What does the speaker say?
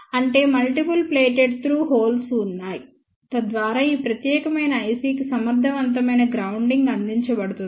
అంటే multiple plated through holes ఉన్నాయి తద్వారా ఈ ప్రత్యేకమైన IC కి సమర్థవంతమైన గ్రౌండింగ్ అందించబడుతుంది